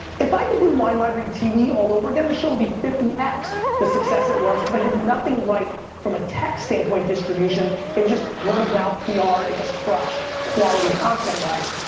if i could do wine library tv all over again the show be fifty x, the success it was, cause i did nothing right from a tech stand point distribution. it was just word of mouth, pr, it just crushed, quality content wise,